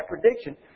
prediction